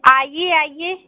आइए आइए